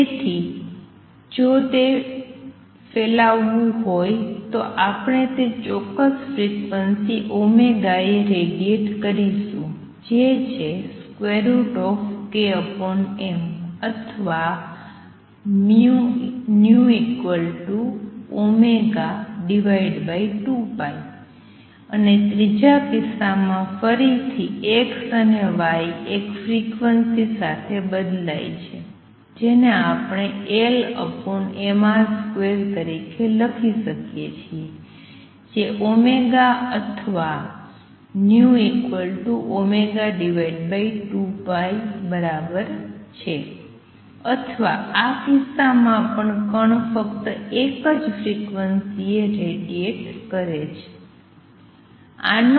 તેથી જો તે ફેલાવવું હોય તો આપણે તે ચોક્કસ ફ્રિક્વન્સી એ રેડિએટ કરીશું જે છે √ અથવા ν2π અને ત્રીજા કિસ્સામાં ફરીથી x અને y એક ફ્રિક્વન્સી સાથે બદલાય છે જેને આપણે LmR2 તરીકે લખી શકીએ છીએ જે અથવા ν2π બરાબર છે અથવા આ કિસ્સામાં પણ કણ ફક્ત એક જ ફ્રિક્વન્સી એ રેડિએટ કરે છે